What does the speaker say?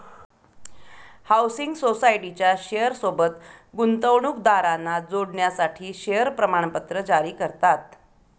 housing सोसायटीच्या share सोबत गुंतवणूकदारांना जोडण्यासाठी शेअर प्रमाणपत्र जारी करतात